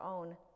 own